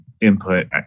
input